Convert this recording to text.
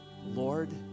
Lord